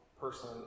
person